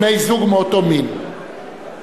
בני-זוג מאותו מין).